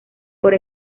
por